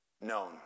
known